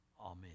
Amen